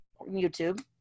YouTube